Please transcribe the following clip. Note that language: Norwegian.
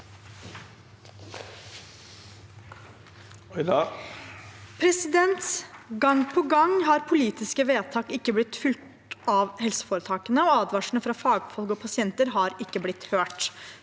«Gang på gang har poli- tiske vedtak ikke blitt fulgt av helseforetakene, og advarslene fra fagfolk og pasienter ikke blitt hørt.